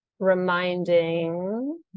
reminding